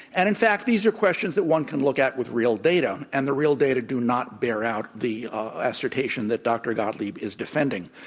and in fact, these are questions that one can look at with real data. and the real data do not bear out the assertion that dr. gottlieb is defending.